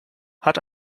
hat